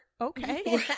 Okay